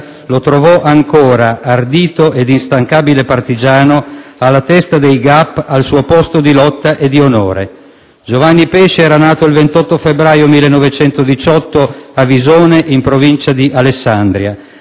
lo trovò ancora ardito e instancabile partigiano alla testa dei Gap al suo posto di lotta e di onore». Giovanni Pesce era nato il 28 febbraio 1918 a Visone, in provincia di Alessandria.